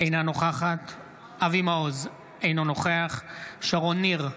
אינה נוכחת אבי מעוז, אינו נוכח שרון ניר,